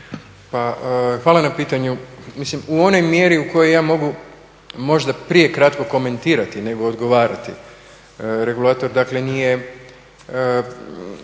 Pa hvala na pitanju. Mislim u onoj mjeri u kojoj ja mogu možda prije kratko komentirati nego odgovarati. Regulator, dakle nije